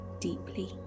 deeply